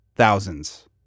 thousands